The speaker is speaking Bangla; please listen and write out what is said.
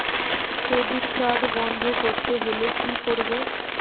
ক্রেডিট কার্ড বন্ধ করতে হলে কি করব?